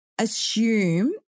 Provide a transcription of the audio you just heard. Assume